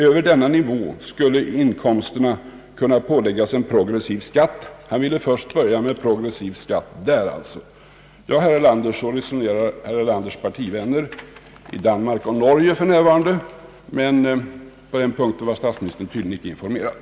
Över denna nivå skulle inkomsterna kunna påläggas en progressiv skatt, men han ville börja med progressiv beskattning först vid detta inkomststreck. Ja, herr Erlander, så resonerar herr Erlanders partivänner i Danmark och Norge för närvarande! Men på den punkten var statsministern tydligen inte informerad.